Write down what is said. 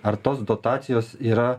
ar tos dotacijos yra